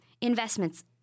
investments